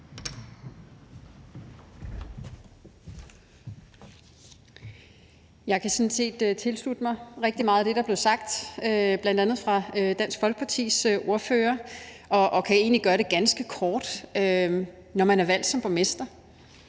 Jeg kan sådan set tilslutte mig rigtig meget af det, der blev sagt, bl.a. fra Dansk Folkepartis ordfører, og kan egentlig gøre det ganske kort: Når man er valgt som borgmester,